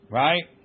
right